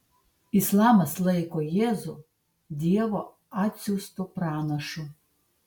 islamas laiko jėzų dievo atsiųstu pranašu